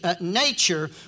nature